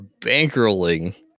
bankrolling